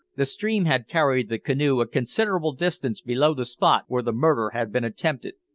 the stream had carried the canoe a considerable distance below the spot where the murder had been attempted,